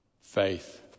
faith